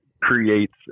creates